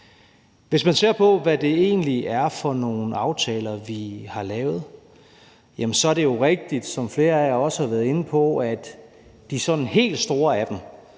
Hvis man ser på, hvad det egentlig er for nogle aftaler, vi har lavet, så er det jo rigtigt, som flere af jer også har været inde på, at de sådan helt store af dem,